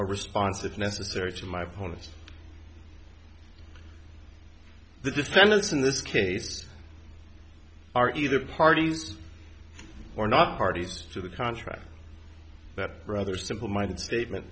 a response if necessary to my opponents the defendants in this case are either parties or not parties to the contract that rather simple minded statement